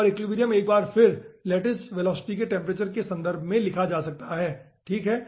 और एक्विलिब्रियम एक बार फिर लैटिस वेलोसिटी के टेम्परेचर के संदर्भ में लिखा जा सकता है ठीक है